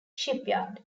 shipyard